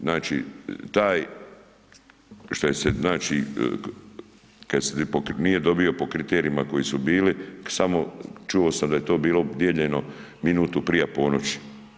Znači taj što kad se nije dobio po kriterijima koji su bili, samo čuo sam da je to bilo dijeljeno minutu prije ponoći.